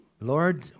Lord